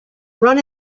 run